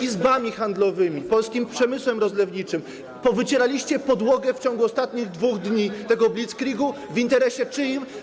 Izbami handlowymi, polskim przemysłem rozlewniczym powycieraliście podłogę w ciągu ostatnich 2 dni tego blitzkriegu w interesie czyim?